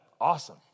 awesome